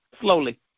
slowly